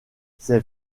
ces